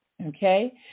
Okay